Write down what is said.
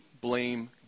blame